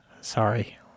Sorry